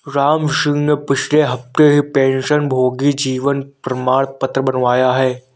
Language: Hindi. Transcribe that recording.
रामसिंह ने पिछले हफ्ते ही पेंशनभोगी जीवन प्रमाण पत्र बनवाया है